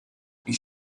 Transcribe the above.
ich